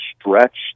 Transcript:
stretched